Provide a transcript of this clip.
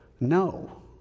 No